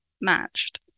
matched